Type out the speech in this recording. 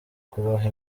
kubaha